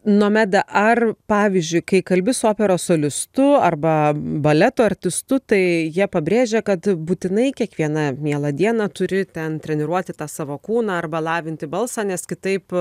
nomeda ar pavyzdžiui kai kalbi su operos solistu arba baleto artistu tai jie pabrėžia kad būtinai kiekvieną mielą dieną turi ten treniruoti tą savo kūną arba lavinti balsą nes kitaip